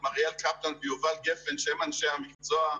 את מריאל קפלן ויובל גפן שהם אנשי המקצוע.